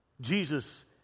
Jesus